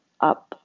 up